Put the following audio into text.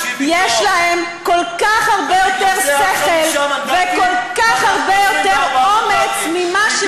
יש להם כל כך הרבה יותר שכל וכל כך הרבה יותר אומץ ממה,